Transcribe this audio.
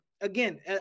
again